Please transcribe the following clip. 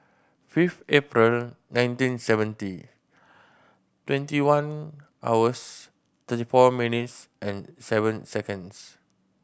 fifth April nineteen seventy twenty one hours thirty four minutes and seven seconds